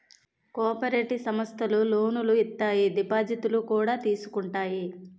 cooperative సమస్థలు లోనులు ఇత్తాయి దిపాజిత్తులు కూడా తీసుకుంటాయి